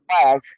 flash